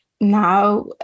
now